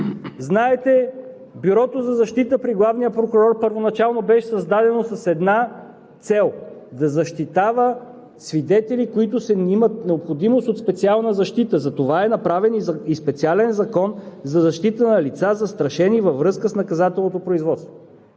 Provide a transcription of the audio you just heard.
Знаете, Бюрото по защита при главния прокурор първоначално беше създадено с една цел – да защитава свидетели, които имат необходимост от специална защита. Затова е направен и специален закон за защита на лица, застрашени във връзка с наказателното производство.